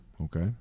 okay